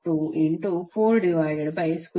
SVrmsIrms120242240 VA